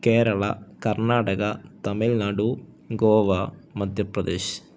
Kerala Karnataka Tamil Nadu Goa Madhya Pradesh